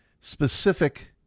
specific